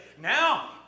Now